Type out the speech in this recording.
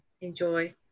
enjoy